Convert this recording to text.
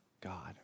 God